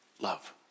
love